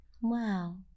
Wow